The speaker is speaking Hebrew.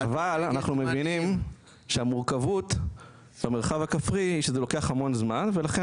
אבל אנחנו מבינים שהמורכבות במרחב הכפרי זה לוקח המון זמן ולכן